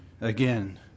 Again